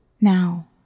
now